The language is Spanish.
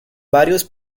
varios